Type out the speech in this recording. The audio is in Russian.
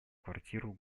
квартиру